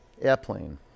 airplane